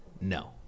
No